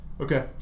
Okay